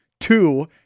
Two